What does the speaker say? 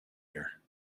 year